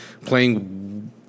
playing